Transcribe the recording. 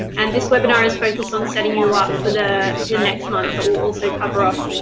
and this webinar is focused on setting you up for the for the next month, but we'll also cover of